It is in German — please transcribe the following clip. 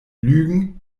lügen